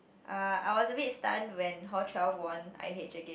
uh I was a bit stunned when hall twelve won i_h again